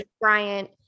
Bryant